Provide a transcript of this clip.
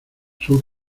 son